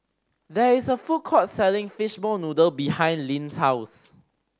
there is a food court selling fishball noodle behind Linn's house